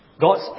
God's